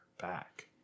back